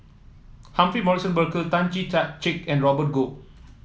Humphrey Morrison Burkill Tan Chee Tan Check and Robert Goh